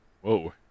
Whoa